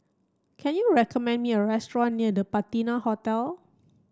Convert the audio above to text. can you recommend me a restaurant near The Patina Hotel